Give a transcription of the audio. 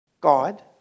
God